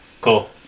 cool